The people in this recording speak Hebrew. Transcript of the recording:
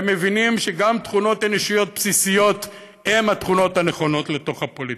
ומבינים שגם תכונות אנושיות בסיסיות הן התכונות הנכונות לתוך הפוליטיקה.